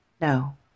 No